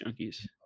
junkies